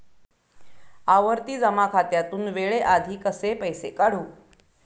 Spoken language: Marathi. आवर्ती जमा खात्यातून वेळेआधी कसे पैसे काढू?